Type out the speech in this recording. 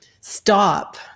stop